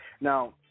Now